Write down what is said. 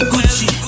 Gucci